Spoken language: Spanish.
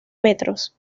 metros